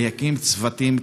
להקים צוותים מיוחדים,